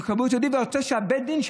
ואתה רוצה שבית הדין,